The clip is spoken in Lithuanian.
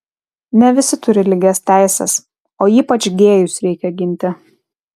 ne visi turi lygias teises o ypač gėjus reikia ginti